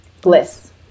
Bliss